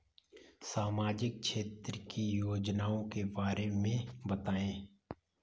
सामाजिक क्षेत्र की योजनाओं के बारे में बताएँ?